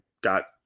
got